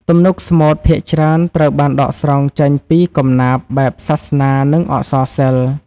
ទំនុកស្មូតភាគច្រើនត្រូវបានដកស្រង់ចេញពីកំណាព្យបែបសាសនា និងអក្សរសិល្ប៍។